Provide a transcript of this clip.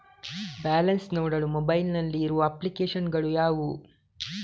Balance ನೋಡಲು mobile ನಲ್ಲಿ ಇರುವ ಅಪ್ಲಿಕೇಶನ್ ಗಳು ಯಾವುವು?